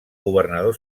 governador